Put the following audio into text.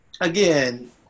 again